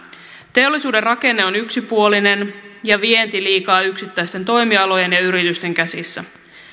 teollisuuden rakenne on yksipuolinen ja vienti liikaa yksittäisten toimialojen ja yritysten käsissä